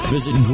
Visit